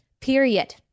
Period